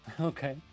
Okay